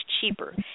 cheaper